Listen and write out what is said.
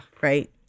right